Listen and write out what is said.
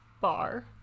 bar